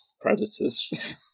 Predators